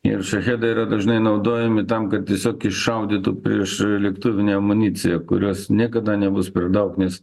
ir šachedai yra dažnai naudojami tam kad tiesiog iššaudytų priešlėktuvinę amuniciją kurios niekada nebus per daug nes